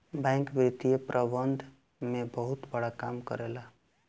bank वित्तीय प्रबंधन में बहुते बड़का काम करेला